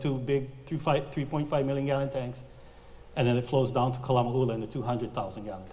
too big to fight three point five million gallon tanks and then it flows down to colombo in the two hundred thousand young